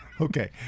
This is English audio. Okay